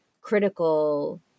critical